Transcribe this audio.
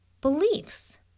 beliefs